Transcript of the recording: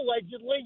allegedly